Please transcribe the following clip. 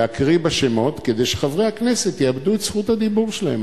לקרוא בשמות כדי שחברי הכנסת יאבדו את זכות הדיבור שלהם.